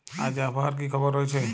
আজ আবহাওয়ার কি খবর রয়েছে?